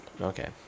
Okay